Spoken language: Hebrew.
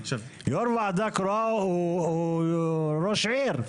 הוא ראש עיר,